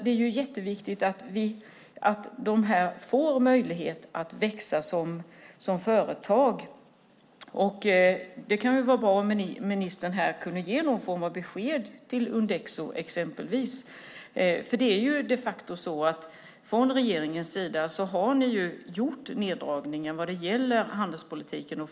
Det är viktigt att de får möjlighet att växa som företag. Det kan väl vara bra om ministern kan ge någon form av besked till exempelvis Undexo. Regeringen har de facto gjort neddragningar i främjandet av handelspolitiken.